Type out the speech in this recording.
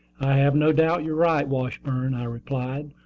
i have no doubt you are right, washburn, i replied,